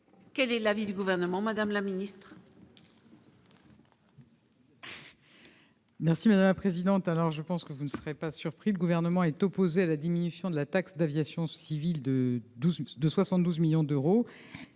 Quel est l'avis du gouvernement, Madame la Ministre.